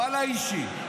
ואללה אישי.